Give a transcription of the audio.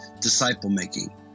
disciple-making